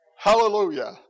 Hallelujah